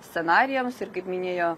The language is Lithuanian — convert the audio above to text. scenarijams ir kaip minėjo